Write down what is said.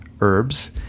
herbs